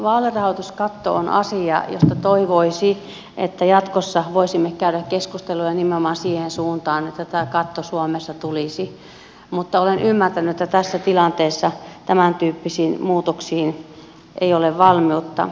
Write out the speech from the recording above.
vaalirahoituskatto on asia josta toivoisi että jatkossa voisimme käydä keskustelua ja nimenomaan siihen suuntaan että tämä katto suomessa tulisi mutta olen ymmärtänyt että tässä tilanteessa tämäntyyppisiin muutoksiin ei ole valmiutta